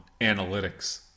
analytics